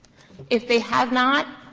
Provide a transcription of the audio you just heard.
if they have not?